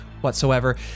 whatsoever